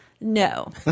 No